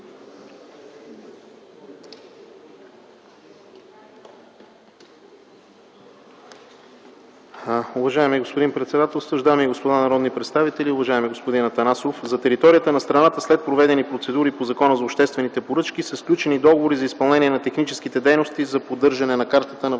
Уважаеми господин председателстващ, дами и господа народни представители, уважаеми господин Атанасов! За територията на страната след проведени процедури по Закона за обществените поръчки са сключени договори за изпълнение на техническите дейности за поддържане на Картата на